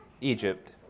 Egypt